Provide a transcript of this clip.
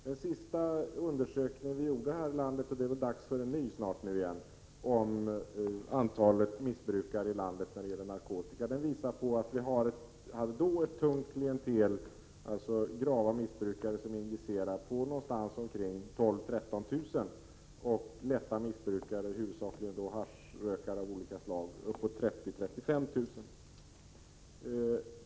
Den senaste undersökningen som gjordes här i landet — det är dags för en ny undersökning snart igen — om antalet narkotikamissbrukare visade att det fanns 12 000-13 000 som tillhörde ett tungt klientel, dvs. grava missbrukare som injicerade, och 30 000-35 000 lätta missbrukare, huvudsakligen haschrökare av olika slag.